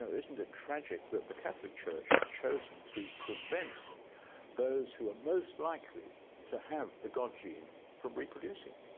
so isn't it tragic that the catholic church has chosen to prevent those who are most likely to have the god gene from reproducing.